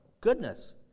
goodness